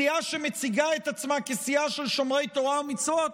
סיעה שמציגה את עצמה כסיעה של שומרי תורה ומצוות,